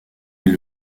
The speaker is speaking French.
est